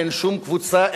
אין שום קבוצה,